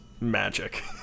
magic